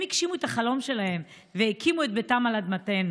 הם הגשימו את החלום שלהם והקימו את ביתם על אדמתנו.